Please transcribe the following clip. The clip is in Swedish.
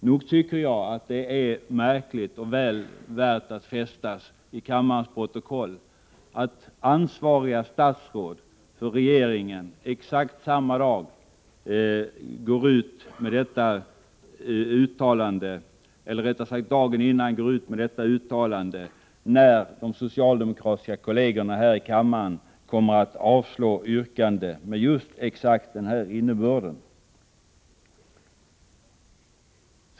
Nog tycker jag att det är märkligt, och väl värt att ta med i riksdagens protokoll, att det ansvariga statsrådet går ut med ett sådant här meddelande, då de socialdemokratiska kollegerna här i kammaren kommer att avslå ett yrkande med exakt den ifrågavarande innebörden.